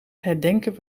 herdenken